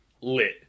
Lit